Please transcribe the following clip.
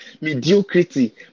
mediocrity